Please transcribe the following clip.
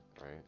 right